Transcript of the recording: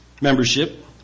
membership